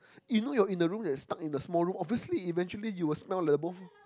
you know you're in the room stuck in the small room obviously eventually you will smell like a ball of